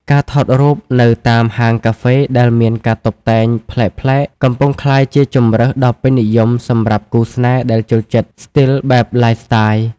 ការថតរូបនៅតាមហាងកាហ្វេដែលមានការតុបតែងប្លែកៗ កំពុងក្លាយជាជម្រើសដ៏ពេញនិយមសម្រាប់គូស្នេហ៍ដែលចូលចិត្តស្ទីលបែប Lifestyle។